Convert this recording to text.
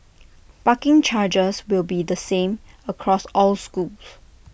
parking charges will be the same across all schools